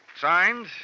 Signed